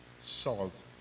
salt